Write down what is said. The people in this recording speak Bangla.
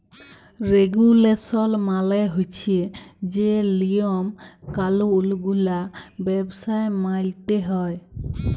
রেগুলেসল মালে হছে যে লিয়ম কালুল গুলা ব্যবসায় মালতে হ্যয়